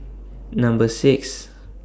Number six